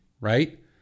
Right